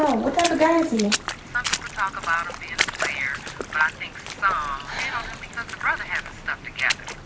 know. what type of guy is he? some people talk about him being a player but i think some hate on him because the brother has his stuff together.